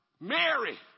Mary